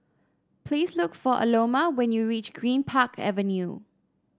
please look for Aloma when you reach Greenpark Avenue